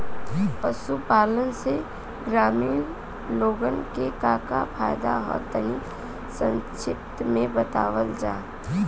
पशुपालन से ग्रामीण लोगन के का का फायदा ह तनि संक्षिप्त में बतावल जा?